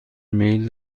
میل